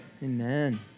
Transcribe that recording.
Amen